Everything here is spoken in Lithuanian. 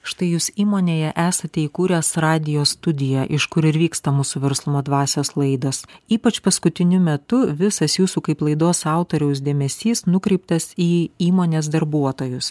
štai jūs įmonėje esate įkūręs radijo studiją iš kur ir vyksta mūsų verslumo dvasios laidos ypač paskutiniu metu visas jūsų kaip laidos autoriaus dėmesys nukreiptas į įmonės darbuotojus